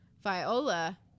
viola